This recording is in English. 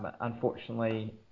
Unfortunately